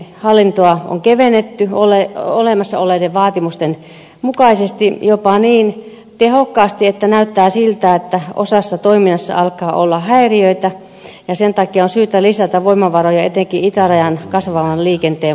hallintoa on kevennetty olemassa olevien vaatimusten mukaisesti jopa niin tehokkaasti että näyttää siltä että osassa toimintaa alkaa olla häiriöitä ja sen takia on syytä lisätä voimavaroja etenkin itärajan kasvavan liikenteen vuoksi